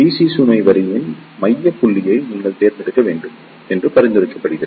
C சுமை வரியின் மைய புள்ளியை நீங்கள் தேர்ந்தெடுக்க வேண்டும் என்று பரிந்துரைக்கப்படுகிறது